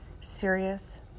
Serious